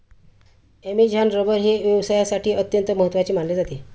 Amazon rubber हे व्यवसायासाठी अत्यंत महत्त्वाचे मानले जाते